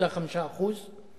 מ-5.5%;